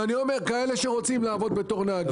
אז אני אומר כאלה שרוצים לעבוד בתור נהגים.